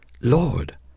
Lord